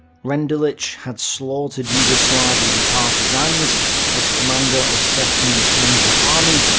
rendulic had slaughtered yugoslavian partisans as commander of second panzer army,